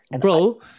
Bro